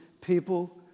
people